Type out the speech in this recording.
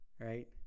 right